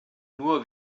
nur